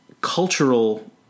cultural